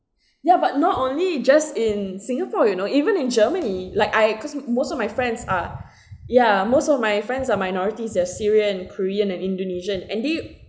ya but not only just in singapore you know even in germany like I cause most of my friends are ya most of my friends are minorities they are syrian korean and indonesian and they